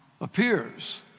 appears